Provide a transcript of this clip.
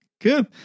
good